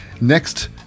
Next